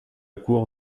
cour